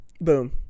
boom